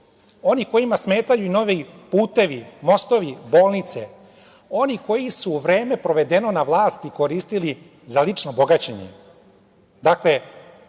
oni kojima smetaju novi putevi, mostovi, bolnice, oni koji su u vreme provedeno na vlasti koristili za lično bogaćenje. Dakle,